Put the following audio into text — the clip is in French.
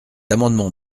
amendement